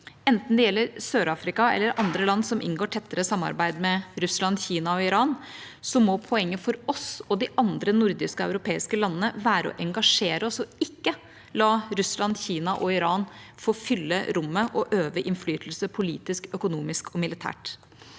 Enten det gjelder Sør-Afrika eller andre land som inngår tettere samarbeid med Russland, Kina og Iran, må poenget for oss og de andre nordiske og europeiske landene være å engasjere oss og ikke la Russland, Kina og Iran få fylle rommet og øve innflytelse politisk, økonomisk og militært.